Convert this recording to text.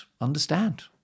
understand